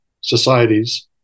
societies